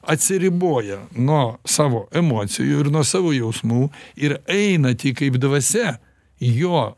atsiriboja nuo savo emocijų ir nuo savo jausmų ir eina tik kaip dvasia jo